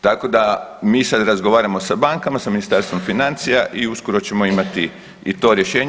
Tako da mi sad razgovaramo sa bankama, sa Ministarstvom financija i uskoro ćemo imati i to rješenje.